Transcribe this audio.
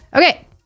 Okay